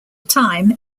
time